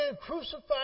crucified